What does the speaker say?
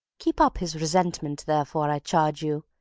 keep up his resentment, therefore, i charge you.